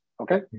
okay